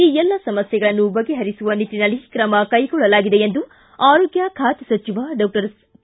ಈ ಎಲ್ಲ ಸಮಸ್ಟೆಗಳನ್ನು ಬಗೆಹರಿಸುವ ನಿಟ್ಟನಲ್ಲಿ ತ್ರಮ ಕೈಗೊಳ್ಳಲಾಗಿದೆ ಎಂದು ಆರೋಗ್ಯ ಖಾತೆ ಸಚಿವ ಡಾಕ್ಷರ್ ಕೆ